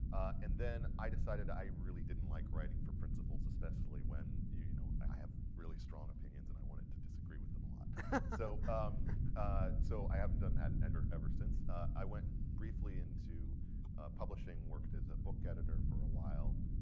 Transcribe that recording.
and then i decided i really didn't like writing for principals, especially when, you you know i i have really strong opinions, and i wanted to disagree with them. so um so i haven't done that ever ever since. i went briefly into publishing. worked as a book editor for a while.